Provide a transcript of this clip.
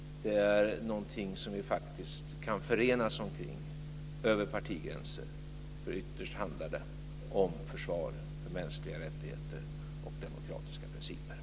Det är någonting som vi faktiskt kan förenas omkring över partigränser, för ytterst handlar det om försvar för mänskliga rättigheter och demokratiska principer.